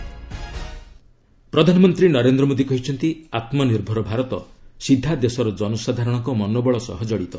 PMAY G ପ୍ରଧାନମନ୍ତ୍ରୀ ନରେନ୍ଦ୍ର ମୋଦି କହିଛନ୍ତି ଆତ୍ମନିର୍ଭର ଭାରତ ସିଧା ଦେଶର ଜନସାଧାରଣଙ୍କ ମନୋବଳ ସହ ଜଡ଼ିତ